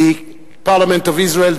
the parliament of Israel,